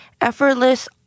effortless